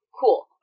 cool